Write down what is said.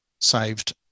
saved